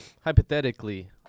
hypothetically